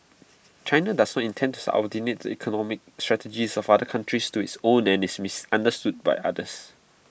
China does not intends out the economic strategies of other countries to its own and is misunderstood by others